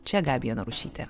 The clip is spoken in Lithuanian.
čia gabija narušytė